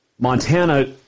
Montana